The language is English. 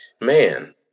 man